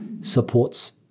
supports